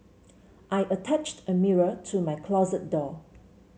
I attached a mirror to my closet door